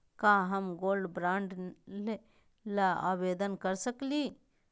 का हम gold bond ल आवेदन कर सकली?